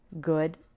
good